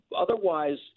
Otherwise